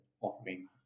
offering